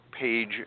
page